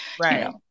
Right